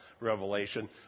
revelation